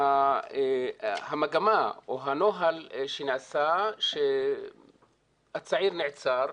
המגמה או הנוהל שנעשה שהצעיר נעצר,